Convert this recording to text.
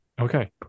okay